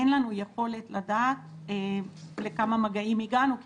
אין לנו יכולת לדעת לכמה מגעים הגענו כי